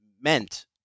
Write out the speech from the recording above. meant